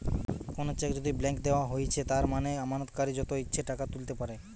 কোনো চেক যদি ব্ল্যাংক দেওয়া হৈছে তার মানে আমানতকারী যত ইচ্ছে টাকা তুলতে পাইরে